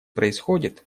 происходит